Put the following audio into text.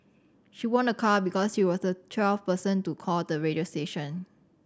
she won a car because she was the twelfth person to call the radio station